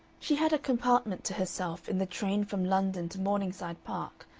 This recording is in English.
she had a compartment to herself in the train from london to morningside park,